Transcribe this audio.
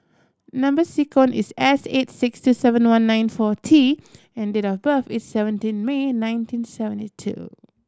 number sequence is S eight six two seven one nine four T and date of birth is seventeen May nineteen seventy two